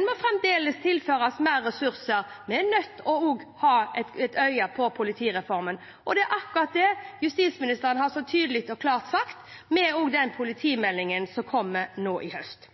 må fremdeles tilføres mer ressurser, vi er nødt til også å ha et øye på politireformen. Og det er akkurat det justisministeren så tydelig og klart har sagt med den politimeldingen som kommer nå i høst.